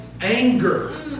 anger